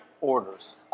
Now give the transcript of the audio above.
orders